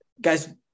guys